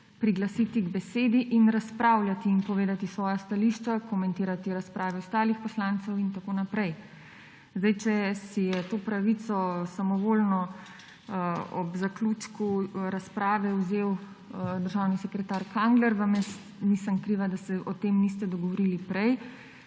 priglasiti k besedi in razpravljati in povedati svoja stališča, komentirati razprave ostalih poslancev in tako naprej. Sedaj, če si je to pravico samovoljno ob zaključku razprave vzel državni sekretar Kangler, vam jaz nisem kriva, da se o tem niste dogovorili prej.